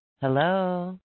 Hello